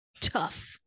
tough